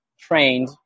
trained